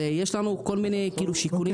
יש לנו כל מיני שיקולים בדרך.